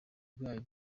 bwayo